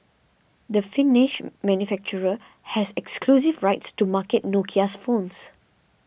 the Finnish manufacturer has exclusive rights to market Nokia's phones